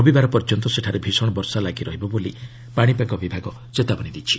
ରବିବାର ପର୍ଯ୍ୟନ୍ତ ସେଠାରେ ଭୀଷଣ ବର୍ଷା ଲାଗି ରହିବ ବୋଲି ପାଣିପାଗ ବିଭାଗ ଚେତାବନୀ ଦେଇଛି